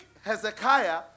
Hezekiah